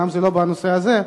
אומנם לא בנושא הזה,